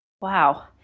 Wow